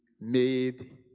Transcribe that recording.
made